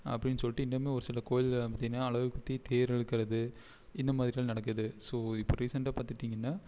அப்படின்னு சொல்லிட்டு இன்னுமே ஒரு சில கோயில்களில் பார்த்தீங்கன்னா அலகு குத்தி தேர் இழுக்கிறது இந்த மாதிரிலாம் நடக்குது ஸோ இப்போ ரீசெண்ட்டாக பார்த்துட்டீங்கன்னா